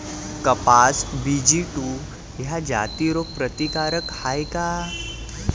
कपास BG two ह्या जाती रोग प्रतिकारक हाये का?